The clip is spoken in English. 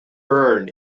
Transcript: burn